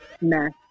mess